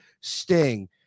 Sting